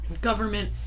government